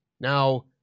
Now